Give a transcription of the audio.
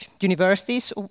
universities